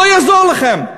לא יעזור לכם,